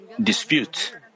dispute